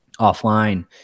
offline